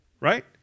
right